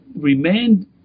remained